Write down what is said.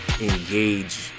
engage